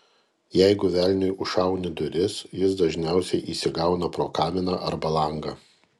jeigu velniui užšauni duris jis dažniausiai įsigauna pro kaminą arba langą